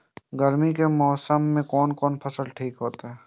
गर्मी के मौसम में कोन कोन फसल ठीक होते?